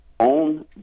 own